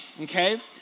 okay